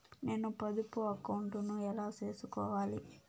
నేను పొదుపు అకౌంటు ను ఎలా సేసుకోవాలి?